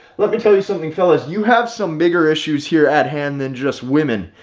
let me tell you something, fellas, you have some bigger issues here at hand than just women.